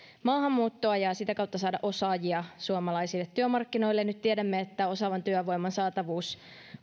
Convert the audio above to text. maahanmuuttoa ja sitä kautta saadaan osaajia suomalaisille työmarkkinoille nyt tiedämme että osaavan työvoiman saatavuus